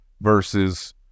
versus